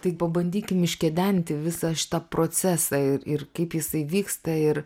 tai pabandykim iškedenti visą šitą procesą ir ir kaip jisai vyksta ir